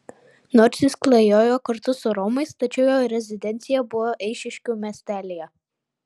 nors jis klajojo kartu su romais tačiau jo rezidencija buvo eišiškių miestelyje